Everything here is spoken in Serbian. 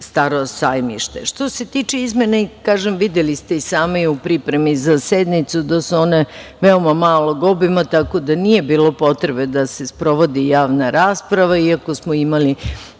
„Staro sajmište“.Što se tiče izmene, videli ste i sami u pripremi za sednicu da su one veoma malog obima, tako da nije bilo potrebe da se sprovodi javna rasprava, iako smo imali